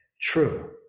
true